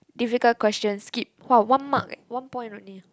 difficult question skip !wah! one mark leh one point only